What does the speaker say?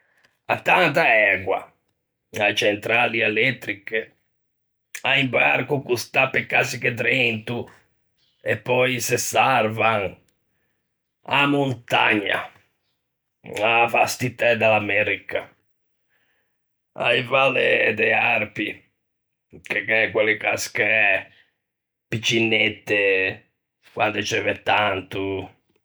À tanta ægua, a-e centrali elettriche, à un barco che o stà pe cazzighe drento, e pöi se sarvan, a-a montagna, a-a vastitæ de l'America, a-e valle de Arpi, che gh'é quelle cascæ piccinette, quande ceuve tanto...